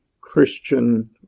Christian